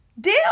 Deal